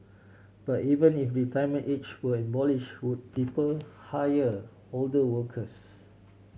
but even if retirement age were abolish would people hire older workers